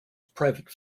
private